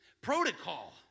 protocol